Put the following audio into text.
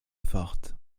forte